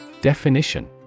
Definition